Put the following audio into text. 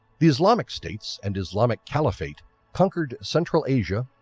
the islamic states and islamic caliphate conquered central asia,